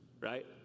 right